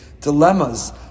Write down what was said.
dilemmas